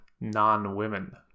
non-women